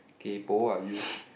kaypoh ah you